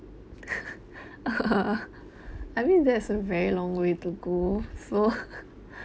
uh I mean it's a very long way to go so